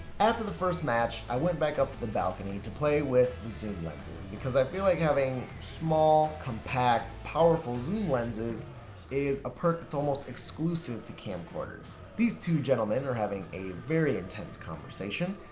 after the first match, i went back up to the balcony to play with the zoom lenses. because i feel like having small, compact and powerful zoom lenses is a perk almost exclusive to camcorders. these two gentlemen are having a very intense conversation.